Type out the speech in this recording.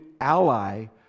ally